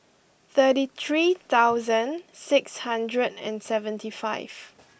thirty three thousand six hundred and seventy five